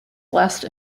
last